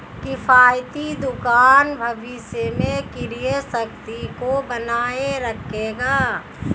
किफ़ायती दुकान भविष्य में क्रय शक्ति को बनाए रखेगा